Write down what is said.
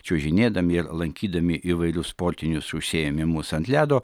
čiuožinėdami ir lankydami įvairius sportinius užsiėmimus ant ledo